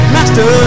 Master